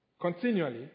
Continually